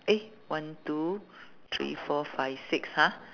eh one two three four five six !huh!